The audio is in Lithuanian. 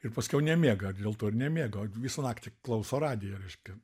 ir paskiau nemiega dėl to ir nemiega o visą naktį klauso radijo reiškia